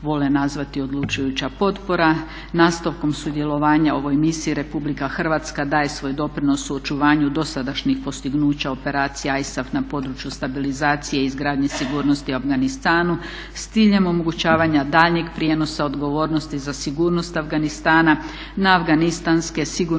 vole nazvati odlučujuća potpora. Nastavkom sudjelovanja u ovoj misiji Republika Hrvatska daje svoj doprinos u očuvanju dosadašnjih postignuća Operacija ISAF na području stabilizacije i izgradnje sigurnosti u Afganistanu s ciljem omogućavanja daljnjeg prijenosa odgovornosti za sigurnost Afganistana na afganistanske sigurnosne